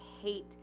hate